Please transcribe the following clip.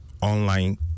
online